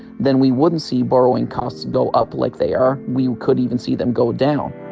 then we wouldn't see borrowing costs go up like they are. we could even see them go down